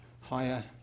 higher